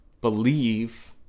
believe